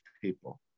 people